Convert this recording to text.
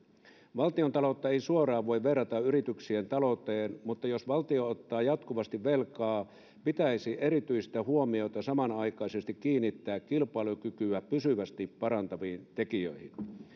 valtiontaloutta ei suoraan voi verrata yrityksien talouteen mutta jos valtio ottaa jatkuvasti velkaa pitäisi erityistä huomiota samanaikaisesti kiinnittää kilpailukykyä pysyvästi parantaviin tekijöihin